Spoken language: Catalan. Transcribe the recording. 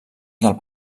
del